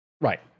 right